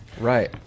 Right